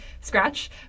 Scratch